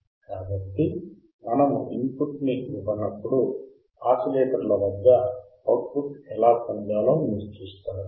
కాబట్టి మనము ఇన్పుట్ ని ఇవ్వనప్పుడు ఆసిలేటర్ల వద్ద అవుట్పుట్ ఎలా పొందాలో మీరు చూస్తారు